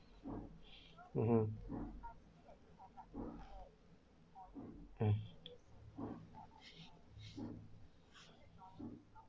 mmhmm um